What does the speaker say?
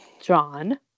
John